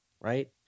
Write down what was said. Right